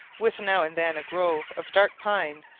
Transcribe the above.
with now and then a grove of dark pine,